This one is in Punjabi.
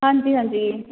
ਹਾਂਜੀ ਹਾਂਜੀ